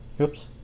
Oops